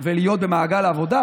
ולהיות במעגל העבודה,